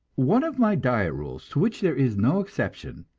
one of my diet rules, to which there is no exception,